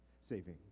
saving